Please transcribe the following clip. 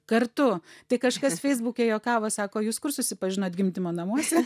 kartu tai kažkas feisbuke juokavo sako jūs kur susipažinot gimdymo namuose